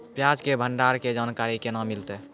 प्याज के भंडारण के जानकारी केना मिलतै?